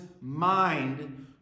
mind